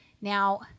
Now